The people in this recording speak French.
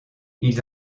ils